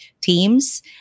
teams